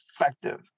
effective